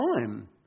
time